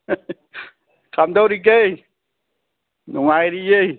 ꯀꯝꯗꯧꯔꯤꯒꯦ ꯅꯨꯡꯉꯥꯏꯔꯤꯌꯦ